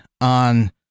on